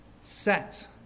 set